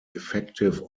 effective